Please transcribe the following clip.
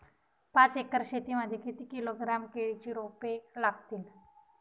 पाच एकर शेती मध्ये किती किलोग्रॅम केळीची रोपे लागतील?